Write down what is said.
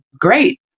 Great